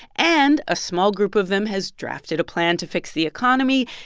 and a small group of them has drafted a plan to fix the economy,